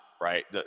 Right